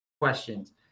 questions